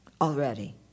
already